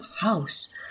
house